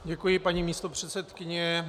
Děkuji, paní místopředsedkyně.